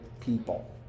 people